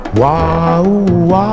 Wow